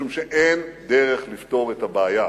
משום שאין דרך לפתור את הבעיה,